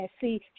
See